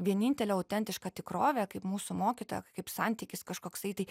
vienintelė autentiška tikrovė kaip mūsų mokytoja kaip santykis kažkoksai tai